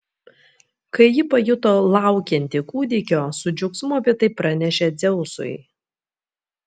kai ji pajuto laukianti kūdikio su džiaugsmu apie tai pranešė dzeusui